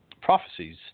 prophecies